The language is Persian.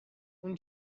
اون